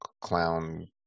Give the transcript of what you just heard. clown